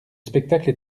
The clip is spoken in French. spectacle